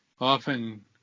often